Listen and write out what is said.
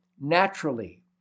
naturally